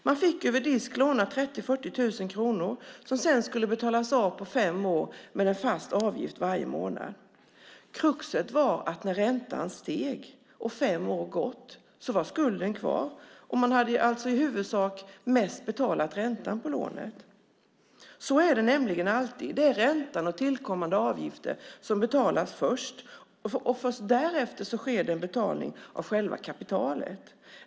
Man fick över disk låna 30 000-40 000 kronor som sedan skulle betalas av på fem år med en fast summa varje månad. Kruxet var att när räntan steg och fem år hade gått var skulden kvar, och man hade i huvudsak betalat ränta på lånet. Så är det nämligen alltid. Det är räntan och tillkommande avgifter som betalas först. Därefter sker det en betalning av själva kapitalet.